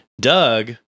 Doug